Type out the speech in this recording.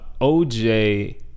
OJ